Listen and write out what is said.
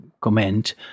comment